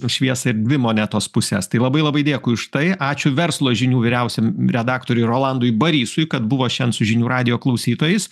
šviesą ir dvi monetos puses tai labai labai dėkui už tai ačiū verslo žinių vyriausiam redaktoriui rolandui barysui kad buvo šiandien su žinių radijo klausytojais